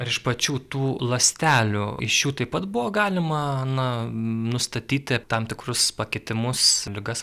ar iš pačių tų ląstelių iš jų taip pat buvo galima nustatyti tam tikrus pakitimus ligas